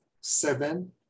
seven